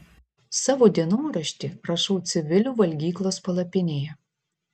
savo dienoraštį rašau civilių valgyklos palapinėje